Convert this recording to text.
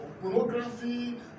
pornography